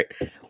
right